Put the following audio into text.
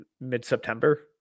mid-September